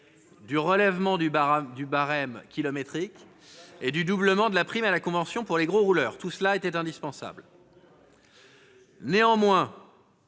du relèvement du barème kilométrique et du doublement de la prime à la conversion pour les « gros rouleurs ». Tout cela était indispensable. Néanmoins,